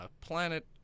planet